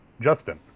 Justin